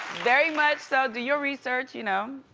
very much so, do your research, you know.